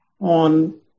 on